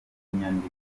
inyandiko